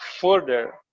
further